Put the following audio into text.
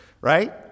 right